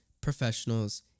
professionals